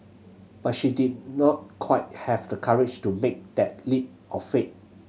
but she did not quite have the courage to make that leap of faith